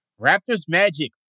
Raptors-Magic